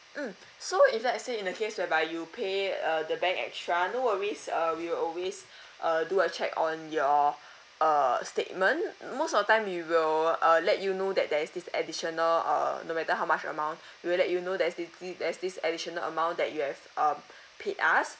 mm so if let's say in the case whereby you pay uh the bank extra no worries uh we will always uh do a check on your err statement most of the time we will uh let you know that there's this additional uh no matter how much amount we will let you know there's thi~ thi~ there is this additional amount that you have um paid us